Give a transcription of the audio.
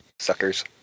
Suckers